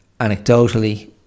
anecdotally